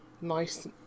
Nice